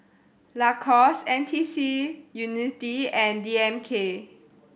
Lacoste NTUC Unity and D M K